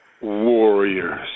Warriors